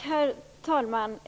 Herr talman!